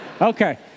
Okay